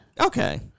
Okay